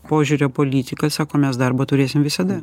požiūrio politika sako mes darbo turėsim visada